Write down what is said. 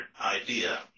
idea